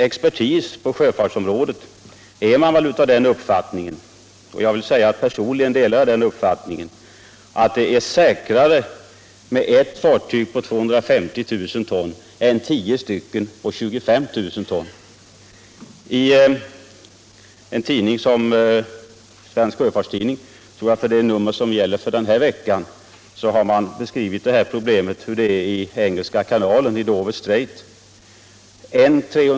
Expertis på sjöfartsområdet är av den uppfattningen — och personligen delar jag den — att det är säkrare med ett fartyg på 250 000 ton än med tio fartyg på 25 000 ton. I Svensk Sjöfarts Tidning har man denna vecka beskrivit hur det är i Engelska kanalen vid Strait of Dover.